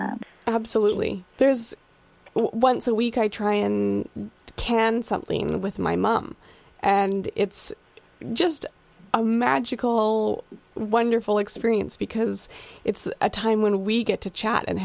s absolutely there is once a week i try and can something with my mom and it's just a magical wonderful experience because it's a time when we get to chat and